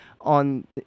on